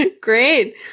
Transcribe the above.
Great